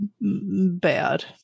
bad